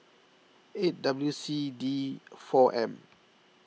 eight W C D four M